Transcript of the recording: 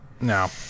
No